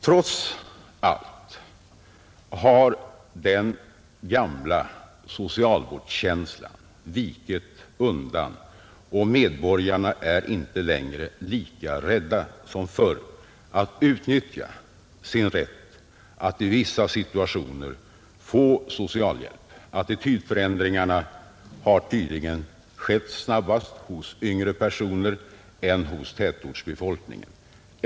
Trots allt har den gamla fattigvårdskänslan vikit undan och medborgarna är inte längre lika rädda som förr för att utnyttja sin rätt att i vissa situationer få socialhjälp. Attitydförändringarna har tydligen skett snabbare hos yngre personer och hos tätortsbefolkningen.